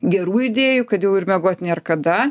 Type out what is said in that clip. gerų idėjų kad jau ir miegot nėr kada